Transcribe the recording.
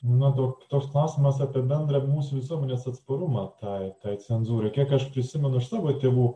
na duok toks klausimas apie bendrą mūsų visuomenės atsparumą tai ta cenzūrai kiek aš prisimenu iš savo tėvų